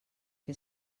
que